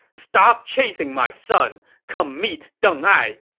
stop chasing my son! come meet deng ai!